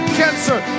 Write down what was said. cancer